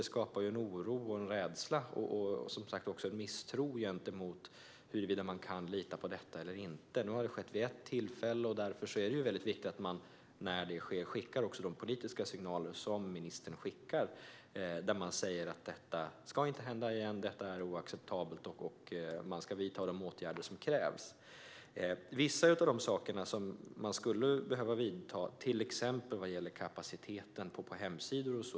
Det skapar oro och rädsla och som sagt misstro i fråga om man kan lita på larmet eller inte. Nu har det skett vid ett tillfälle. Därför är det viktigt att ministern skickar de politiska signalerna, som han nu gör, om att detta inte ska hända igen, att det är oacceptabelt och att man ska vidta de åtgärder som krävs. Vissa av sakerna man skulle behöva göra är ganska lättanalyserade, till exempel vad gäller kapaciteten på hemsidor.